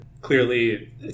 clearly